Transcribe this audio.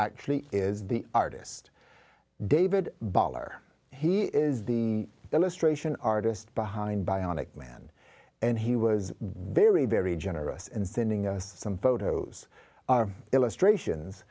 actually is the artist david ball or he is the illustration artist behind by onic man and he was very very generous in sending us some photos illustrations